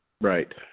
Right